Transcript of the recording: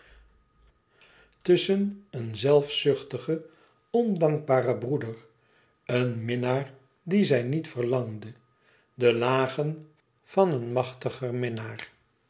tusschen een zelfzuchtigen ondankbaren broeder een minnaar dien zij niet verlangde de lagen van een machtiger minnaar